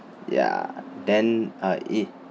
ya then ah